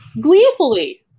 Gleefully